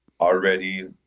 already